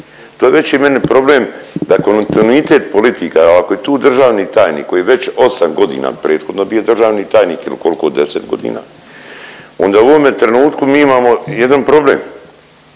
To je veći meni problem da kontinuitet politika, ako je tu državni tajnik koji je već 8.g. prethodno bio državni tajnik il kolko 10.g., onda u ovome trenutku mi imamo jedan problem.